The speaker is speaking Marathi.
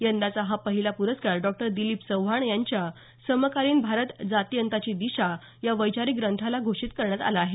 यंदाचा हा पहिला पुरस्कार डॉक्टर दिलीप चव्हाण यांच्या समकालीन भारत जातिअंताची दिशा या वैचारिक ग्रंथाला घोषित करण्यात आला आहे